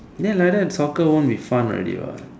then like that soccer won't be fun already what